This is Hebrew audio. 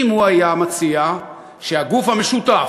אם הוא היה מציע שהגוף המשותף,